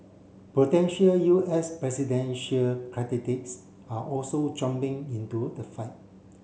potential U S presidential are also jumping into the fight